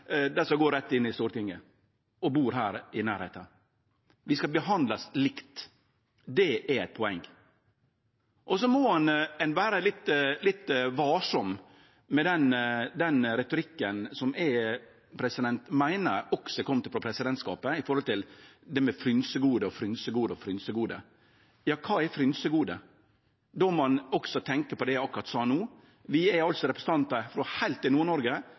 rett inn på Stortinget og bur her i nærleiken. Vi skal behandlast likt. Det er eit poeng. Ein må vere litt varsam med den retorikken som eg meiner også har kome frå presidentskapet når det gjeld det med frynsegode. Kva er frynsegode? Då må ein tenkje på det eg akkurat sa no. Vi er representantar frå Nord-Noreg til heilt sør i